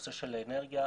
בנושא של אנרגיה,